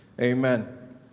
Amen